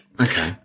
Okay